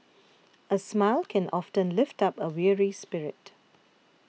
a smile can often lift up a weary spirit